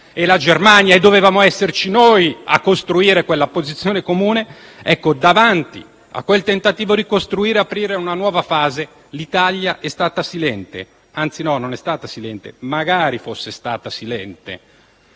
e la Germania, e dovevamo esserci noi a costruire quella posizione comune. Ebbene, davanti a quel tentativo di costruire e aprire una nuova fase, l'Italia è stata silente. Anzi, no, non è stata silente: magari fosse stata silente.